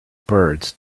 birds